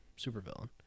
supervillain